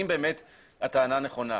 אם באמת הטענה נכונה,